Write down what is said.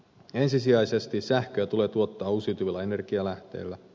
ensisijaisesti sähköä tulee tuottaa uusiutuvilla energialähteillä